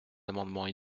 amendements